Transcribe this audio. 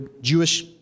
Jewish